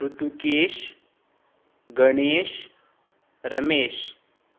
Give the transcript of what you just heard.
Rutukesh Ganesh Ramesh